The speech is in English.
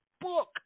book